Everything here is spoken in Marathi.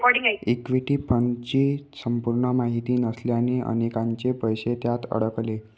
इक्विटी फंडची संपूर्ण माहिती नसल्याने अनेकांचे पैसे त्यात अडकले